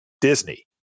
Disney